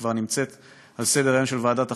שכבר נמצאת על סדר-היום של ועדת החוקה,